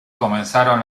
comenzaron